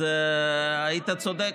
היית צודק,